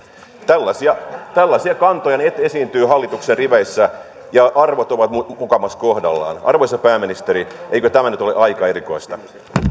tällaisia tällaisia kantoja esiintyy hallituksen riveissä ja arvot ovat mukamas kohdallaan arvoisa pääministeri eikö tämä nyt ole aika erikoista